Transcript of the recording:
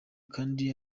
kandi